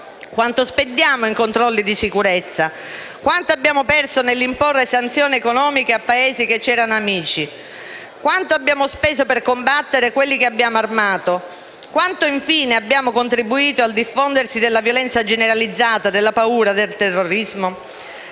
Quanto spendiamo in controlli di sicurezza? Quanto abbiamo perso nell'imporre sanzioni economiche a Paesi che ci erano amici? Quanto abbiamo speso per combattere quelli che abbiamo armato? Quanto infine abbiamo contribuito al diffondersi della violenza generalizzata, della paura, del terrorismo?